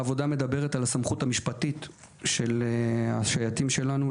העבודה גם מתייחסת על הסמכות המשפטית של השייטים שלנו,